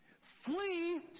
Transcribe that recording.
Flee